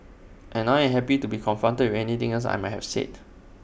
and I am happy to be confronted with anything else I might have said